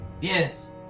Yes